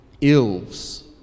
ills